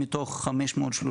מתוך 530,